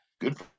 good